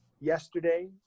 Yesterday